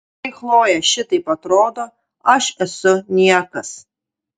kai chlojė šitaip atrodo aš esu niekas